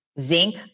zinc